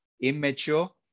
immature